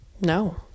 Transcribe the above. No